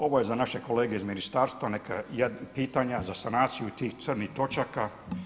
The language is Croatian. Ovo je za naše kolege iz ministarstva pitanja za sanaciju tih crnih točaka.